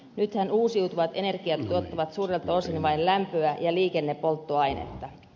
nythän uusiutuvat energiat tuottavat suurelta osin vain lämpöä ja liikennepolttoainetta